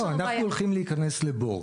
לא, אנחנו הולכים להיכנס לבור.